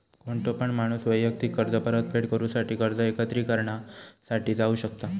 कोणतो पण माणूस वैयक्तिक कर्ज परतफेड करूसाठी कर्ज एकत्रिकरणा साठी जाऊ शकता